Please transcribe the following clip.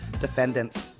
defendants